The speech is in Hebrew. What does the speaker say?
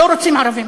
לא רוצים ערבים,